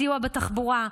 הסיוע בתחבורה,